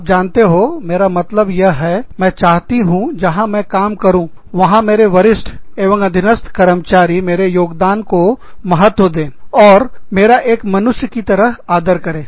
आप जानते होमेरा मतलब यह है मैं चाहती हूँ जहां मैं काम करूँ वहां मेरे वरिष्ठ एवं अधीनस्थ कर्मचारी मेरे योगदान को महत्व दें और मेरा एक मनुष्य की तरह आदर करें